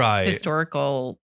historical